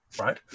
right